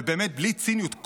ובאמת בלי ציניות,